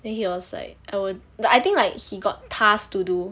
then he was like I will~ but like I think like he got task to do